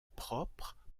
propre